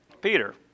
Peter